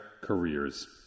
careers